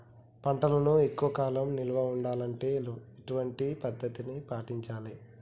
పంటలను ఎక్కువ కాలం నిల్వ ఉండాలంటే ఎటువంటి పద్ధతిని పాటించాలే?